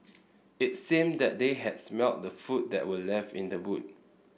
it seemed that they had smelt the food that were left in the boot